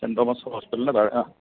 cent Thomas ഹോസ്പിറ്റലിൻ്റെ താഴെ ആ